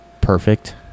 perfect